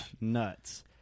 Nuts